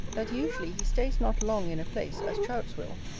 that usually he stays not long in a place, as trouts will,